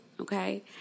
okay